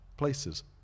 places